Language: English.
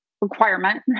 requirement